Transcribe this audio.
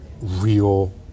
real